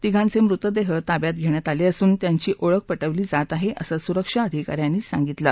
तिघांचे मृतदेह ताब्यात घेण्यात आले असून त्यांची ओळख पटवली जात आहे असं सुरक्षा अधिकाऱ्यांनी सांगितलं